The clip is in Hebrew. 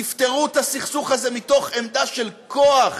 תפתרו את הסכסוך הזה מתוך עמדה של כוח.